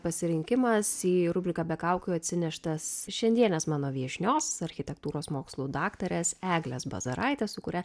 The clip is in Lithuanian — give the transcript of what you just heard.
pasirinkimas į rubriką be kaukių atsineštas šiandienės mano viešnios architektūros mokslų daktarės eglės bazaraitės su kuria